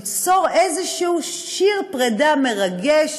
ליצור איזשהו שיר פרידה מרגש